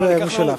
בשם הממשלה.